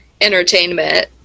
entertainment